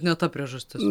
ne ta priežastis